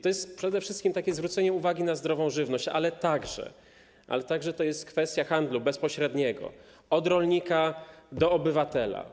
To jest przede wszystkim zwrócenie uwagi na zdrową żywność, ale także to jest kwestia handlu bezpośredniego - od rolnika do obywatela.